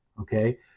okay